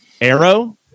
Arrow